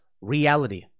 reality